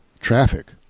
traffic